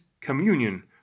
communion